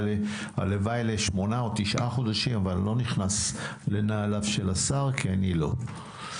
הלוואי לשמונה או תשעה חודשים אבל אני לא נכנס לנעלי השר כי אני לא.